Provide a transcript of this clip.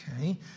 okay